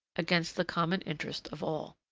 against the common interest of all.